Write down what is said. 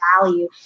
value